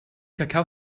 kakao